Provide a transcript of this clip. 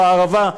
בערבה,